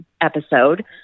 episode